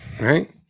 right